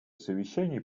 совещаний